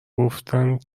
گفتن